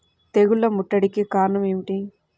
తెగుళ్ల ముట్టడికి కారణం ఏమిటి?